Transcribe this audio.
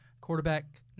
Quarterback